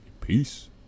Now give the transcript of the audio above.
Peace